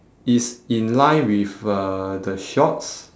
it's in line with uh the shorts